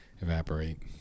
evaporate